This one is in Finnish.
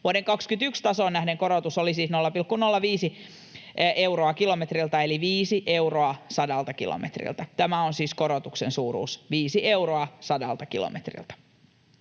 Vuoden 21 tasoon nähden korotus olisi 0,05 euroa kilometriltä eli 5 euroa sadalta kilometriltä. Tämä on siis korotuksen suuruus, 5 euroa sadalta kilometriltä.